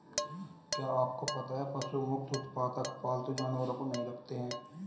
क्या आपको पता है पशु मुक्त उत्पादक पालतू जानवरों को नहीं रखते हैं?